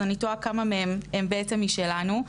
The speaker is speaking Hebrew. אז אני תוהה כמה מהן הן בעצם משלנו.